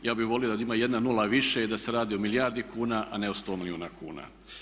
Ja bi volio da ima jedna nula više i da se radi io milijardi kuna a ne o 100 milijuna kuna.